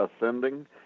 Ascending